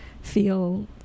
feel